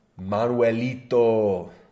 Manuelito